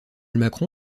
macron